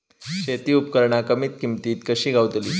शेती उपकरणा कमी किमतीत कशी गावतली?